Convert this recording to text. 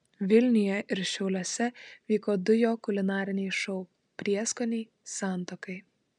vilniuje ir šiauliuose vyko du jo kulinariniai šou prieskoniai santuokai